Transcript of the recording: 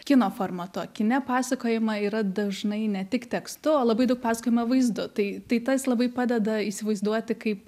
kino formatu o kine pasakojama yra dažnai ne tik tekstu o labai daug pasakojama vaizdu tai tai tas labai padeda įsivaizduoti kaip